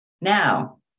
Now